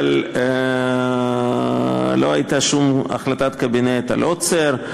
אבל לא הייתה שום החלטת קבינט על עוצר.